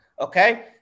Okay